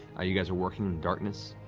you guys are working in darkness.